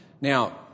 Now